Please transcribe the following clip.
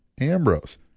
Ambrose